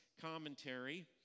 Commentary